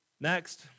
Next